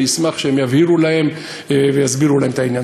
אני אשמח שהם יבהירו להם ויסבירו להם את העניין.